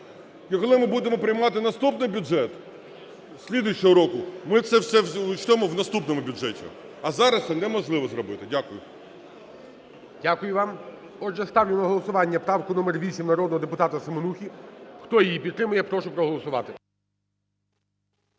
коли ми будемо приймати наступний бюджет, слідуючого року, ми це все учтем в наступному бюджеті. А зараз це неможливо зробити. Дякую. ГОЛОВУЮЧИЙ. Дякую вам. Отже, ставлю на голосування правку номер вісім народного депутата Семенухи. Хто її підтримує, прошу голосувати.